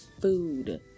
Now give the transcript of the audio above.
food